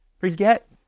Forget